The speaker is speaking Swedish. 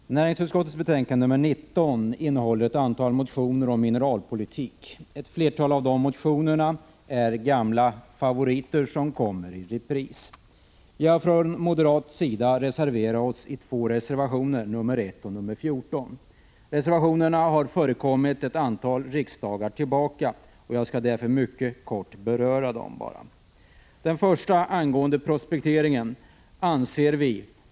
Herr talman! I näringsutskottets betänkande 19 behandlas ett antal motioner om mineralpolitik. Ett flertal av dem är gamla favoriter som kommer i repris. Vi har från moderat sida avgivit två reservationer, nr 1 och nr 14. Reservationerna har förekommit under ett antal riksdagar, och jag skall därför bara mycket kort beröra dem. Reservation 1 gäller prospektering.